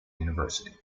university